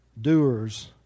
doers